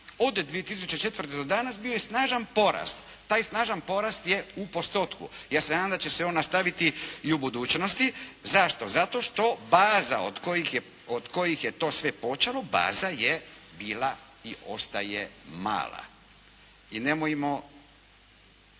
od 2004. do danas je bio snažan porast. Taj snažan porast je u postotku. Ja se nadam da će se on nastaviti u budućnosti. Zašto? Zato što baza od kojih je to sve počelo, baza je bila i ostaje mala i nemojmo.